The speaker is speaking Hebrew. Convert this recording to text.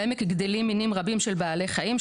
בעמק גדלים מינים רבים של בעלי חיים,